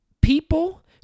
people